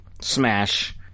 smash